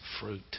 fruit